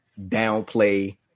downplay